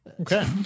Okay